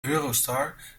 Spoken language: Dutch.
eurostar